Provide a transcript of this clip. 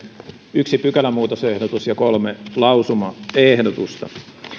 yksi pykälämuutosehdotus ja kolme lausumaehdotusta